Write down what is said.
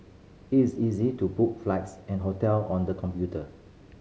it is easy to book flights and hotel on the computer